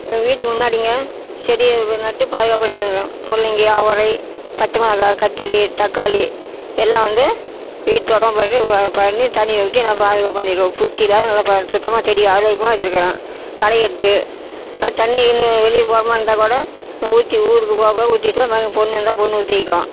எங்கள் வீட்டுக்கு முன்னாடிங்க செடி நட்டு பாதுகாப்பாக பண்ணி முள்ளங்கி அவரை பச்சை மிளகா கத்திரி தக்காளி எல்லாம் வந்து வீட்டு தோட்டமாக பண்ணி பண்ணி தண்ணியை ஊற்றி நான் பாதுகாப்பு பண்ணிடுவோம் பூச்சி இல்லாம நல்லா சுத்தமாக செடி ஆரோக்கியமாக வச்சிருக்கிறோம் களை எடுத்து தண்ணி கிண்ணி வெளியே போகிற மாதிரி இருந்தால் கூட நான் ஊற்றி ஊருக்கு போறதுக்குள்ள ஊற்றி வச்சிடுவோம் பொண்ணு இருந்தால் பொண்ணு ஊற்றி வைக்கும்